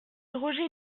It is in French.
roger